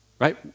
Right